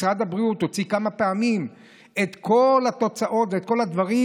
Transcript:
משרד הבריאות הוציא כמה פעמים את כל התוצאות ואת כל המדדים